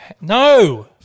No